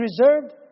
reserved